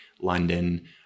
London